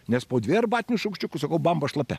nes po dvi arbatinius šaukščiukus sakau bamba šlapia